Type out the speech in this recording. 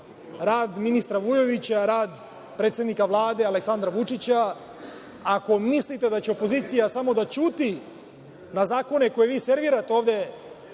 rad ministra Vujovića, rad predsednika Vlade, Aleksandra Vučića. Ako mislite da će opozicija samo da ćuti na zakone koje vi servirate ovde